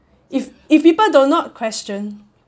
if if people do not question